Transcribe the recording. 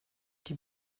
die